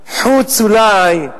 חוץ, אולי,